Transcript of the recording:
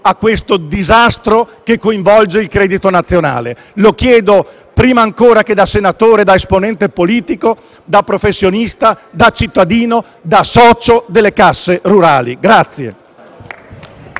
a questo disastro che coinvolge il credito nazionale; lo chiedo, prima ancora che da senatore, da esponente politico, da professionista, da cittadino, da socio delle casse rurali.